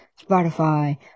Spotify